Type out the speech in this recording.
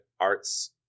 arts